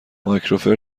مایکروفر